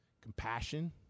compassion